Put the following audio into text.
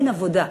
אין עבודה.